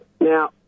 Now